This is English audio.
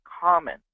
common